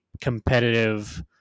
competitive